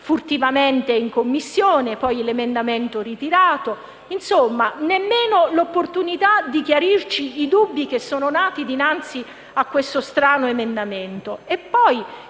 furtivamente in Commissione, e poi c'è stato l'emendamento ritirato. Non c'è stata nemmeno l'opportunità di chiarirci i dubbi che sono nati dinanzi a questo strano emendamento.